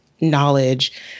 knowledge